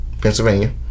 Pennsylvania